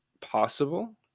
possible